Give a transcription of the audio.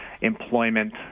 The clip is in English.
employment